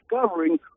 discovering